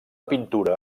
pintura